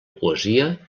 poesia